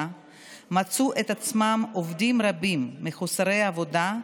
מצאו את עצמם עובדים רבים מחוסרי עבודה,